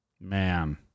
Man